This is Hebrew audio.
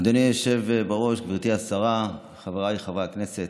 אדוני היושב-בראש, גברתי השרה, חבריי חברי הכנסת,